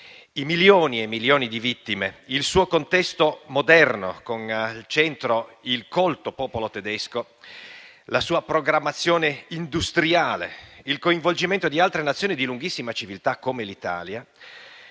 i milioni e milioni di vittime, il suo contesto moderno, con al centro il colto popolo tedesco, la sua programmazione industriale, il coinvolgimento di altre Nazioni di lunghissima civiltà come l'Italia,